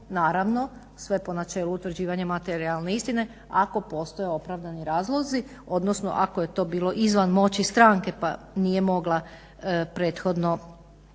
naravno sve po načelu utvrđivanja materijalne istine ako postoje opravdani razlozi, odnosno ako je to bilo izvan moći stranke pa nije mogla prethodno